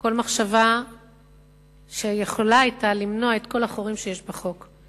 כל מחשבה שיכולה היתה למנוע את כל החורים שיש בחוק.